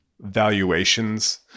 valuations